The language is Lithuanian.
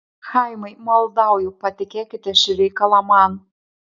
chaimai maldauju patikėkite šį reikalą man